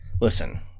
listen